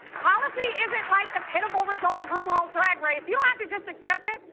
policy isn't like the pitiful result of rupaul's drag race. you don't have to just accept it.